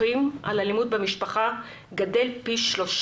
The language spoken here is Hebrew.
אלימות כלפי נשים היא תופעה